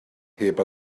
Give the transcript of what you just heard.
heb